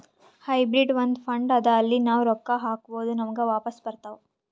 hybrid ಒಂದ್ fund ಅದಾ ಅಲ್ಲಿ ನಾವ್ ರೊಕ್ಕಾ ಹಾಕ್ಬೋದ್ ನಮುಗ ವಾಪಸ್ ಬರ್ತಾವ್